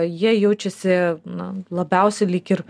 jie jaučiasi na labiausiai lyg ir